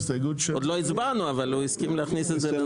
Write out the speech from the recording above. עוד לא הצבענו, אבל הוא הסכים להכניס את זה.